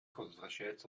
возвращается